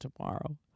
tomorrow